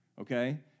Okay